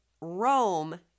Rome